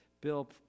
Bill